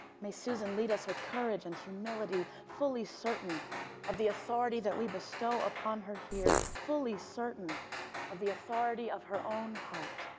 may susan lead us with courage and humility. fully certain of the authority we bestow upon her here fully certain of the authority of her own heart.